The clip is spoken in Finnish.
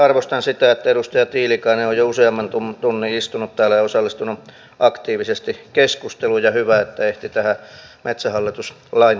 arvostan sitä että edustaja tiilikainen on jo useamman tunnin istunut täällä ja osallistunut aktiivisesti keskusteluun ja hyvä että ehti tähän metsähallitus lain esittelyynkin